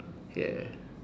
yeah